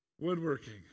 Woodworking